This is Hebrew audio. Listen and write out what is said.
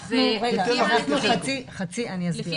אני אסביר,